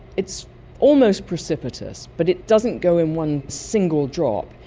it's almost precipitous but it doesn't go in one single drop,